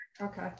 Okay